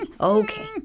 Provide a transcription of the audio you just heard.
Okay